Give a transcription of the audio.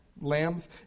lambs